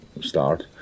start